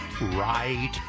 right